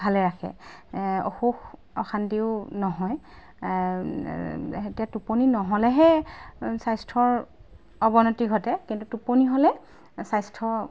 ভালে ৰাখে অসুখ অশান্তিও নহয় এতিয়া টোপনি নহ'লেহে স্বাস্থ্যৰ অৱনতি ঘটে কিন্তু টোপনি হ'লে স্বাস্থ্য